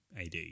AD